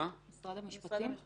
מה עם משרד המשפטים?